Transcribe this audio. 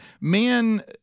Men